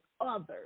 others